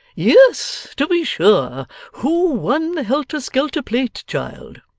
yes, to be sure who won the helter-skelter plate, child